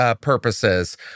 purposes